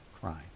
crime